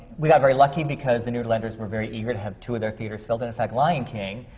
we are very lucky, because the nederlanders were very eager to have two of their theatres filled. and in fact, lion king,